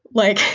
like,